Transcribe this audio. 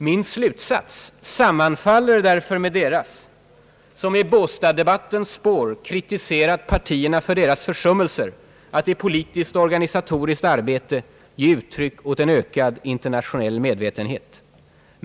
Min slutsats sammanfaller därför med deras som i båstaddebattens spår kritiserat partierna för deras försummelser att i politiskt-organisatoriskt arbete ge uttryck åt en ökad internationell medvetenhet.